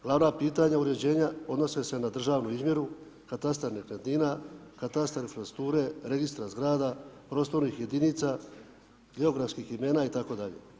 Glavna pitanja uređenja odnose se na državnu izmjeru, katastar nekretnina, katastar infrastrukture, registra zgrada, prostornih jedinica, geografskih imena itd.